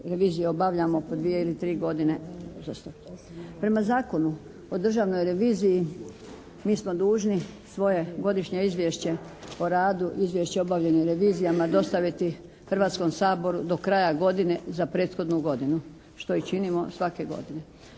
revizije obavljamo po dvije ili tri godine. Prema Zakonu o Državnoj reviziji mi smo dužni svoje godišnje izvješće o radu, izvješće o obavljenim revizijama dostaviti Hrvatskom saboru do kraja godine za prethodnu godinu što i činimo svake godine.